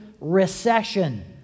recession